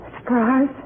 surprise